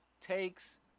takes